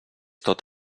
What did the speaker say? tot